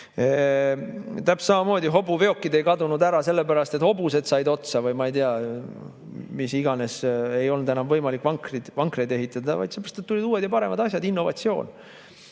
ei kadunud hobuveokid [tänavatelt] ära sellepärast, et hobused said otsa, või ma ei tea, mis iganes, et ei olnud enam võimalik vankreid ehitada, vaid sellepärast, et tulid uued ja paremad asjad, oli innovatsioon.